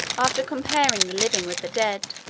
after comparing the living with the dead,